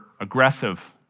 aggressive